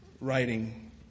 writing